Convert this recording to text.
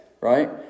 Right